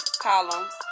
columns